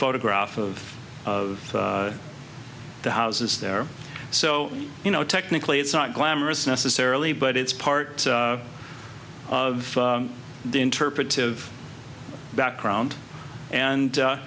photograph of of the houses there so you know technically it's not glamorous necessarily but it's part of the interpretive background and